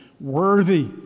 Worthy